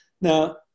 Now